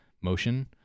motion